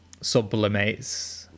sublimates